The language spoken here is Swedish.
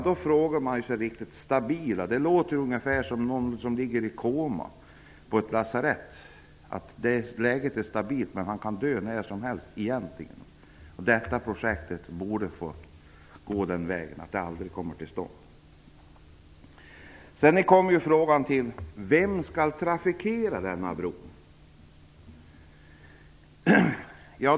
Det låter som om man talar om en patient som ligger i koma på ett lasarett, när man säger att läget är stabilt men att han kan dö när som helst. Detta projekt borde gå den vägen att det aldrig kommer till stånd. Sedan kommer frågan: Vem skall trafikera denna bro?